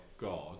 god